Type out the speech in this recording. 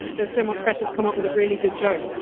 there's so much pressure to come up with a really good joke.